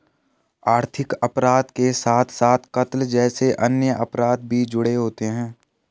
आर्थिक अपराध के साथ साथ कत्ल जैसे अन्य अपराध भी जुड़े होते हैं